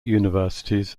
universities